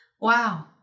wow